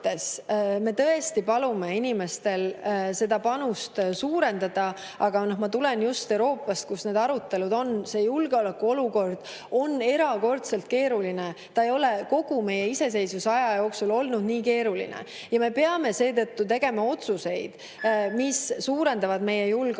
me tõesti palume inimestel seda panust suurendada. Ma tulen just Euroopast, kus need arutelud [toimuvad]. Julgeolekuolukord on erakordselt keeruline, see ei ole kogu meie iseseisvusaja jooksul nii keeruline olnud. Me peame seetõttu tegema otsuseid, mis [parandavad] meie julgeolekut.